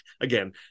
again